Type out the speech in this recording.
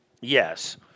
yes